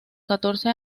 catorce